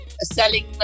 selling